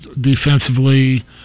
defensively